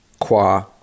qua